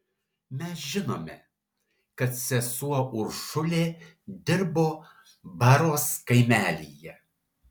mes žinome kad sesuo uršulė dirbo baros kaimelyje